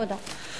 תודה.